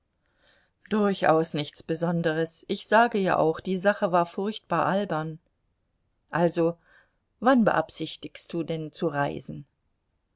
durchaus nichts besonderes ich sage ja auch die sache war furchtbar albern also wann beabsichtigst du denn zu reisen